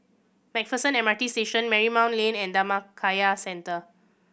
Macpherson M R T Station Marymount Lane and Dhammakaya Centre